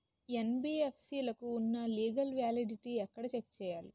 NBFC లకు ఉన్నా legal validity ఎక్కడ చెక్ చేయాలి?